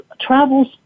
travel's